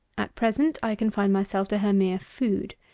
at present i confine myself to her mere food.